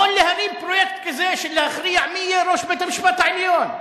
יכול להרים פרויקט כזה של להכריע מי יהיה ראש בית-המשפט העליון?